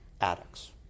addicts